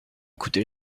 coûté